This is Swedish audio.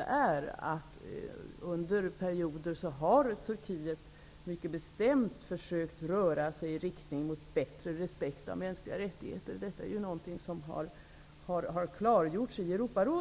har under perioder mycket bestämt försökt röra sig i riktning mot större respekt för mänskliga rättigheter. Detta har klargjorts i Europarådet.